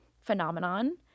phenomenon